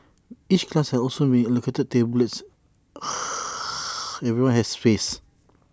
each class has also been allocated tables everyone has space